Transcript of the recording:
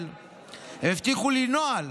הם הבטיחו לי נוהל